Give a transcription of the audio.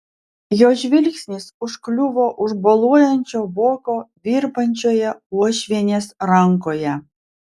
jo žvilgsnis užkliuvo už boluojančio voko virpančioje uošvienės rankoje